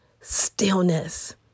stillness